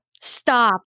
stop